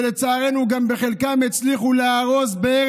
ולצערנו גם הצליחו להרוס בחלקן,